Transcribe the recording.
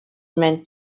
meant